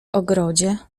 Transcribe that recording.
ogrodzie